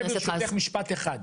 אני רוצה ברשותך משפט אחד.